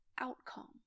outcome